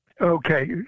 Okay